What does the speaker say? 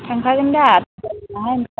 थांखागोन दा